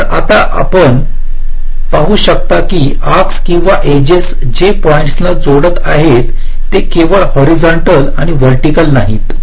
तर आता आपण पाहु शकता की आर्क्स किंवा एजेस जे पॉईंट्स ना जोडत आहेत ते केवळ हॉरिझंटल आणि व्हर्टिकल नाहीत